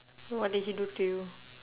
what did he do to you